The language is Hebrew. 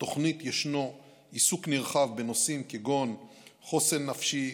בתוכנית ישנו עיסוק נרחב בנושאים כגון חוסן נפשי,